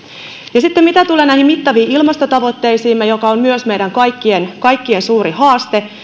sitten mitä tulee näihin mittaviin ilmastotavoitteisiimme jotka myös ovat meidän kaikkien kaikkien suuri haaste